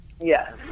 Yes